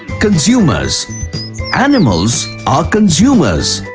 consumers animals are consumers.